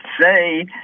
say